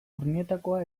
urnietakoa